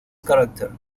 character